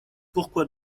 pourquoi